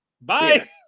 Bye